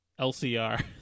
lcr